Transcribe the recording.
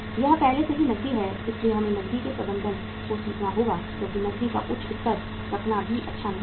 यह पहले से ही नकद है इसलिए हमें नकदी के प्रबंधन को सीखना होगा क्योंकि नकदी का उच्च स्तर रखना भी अच्छा नहीं है